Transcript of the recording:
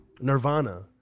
Nirvana